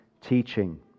teaching